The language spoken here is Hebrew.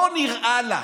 לא נראה לה.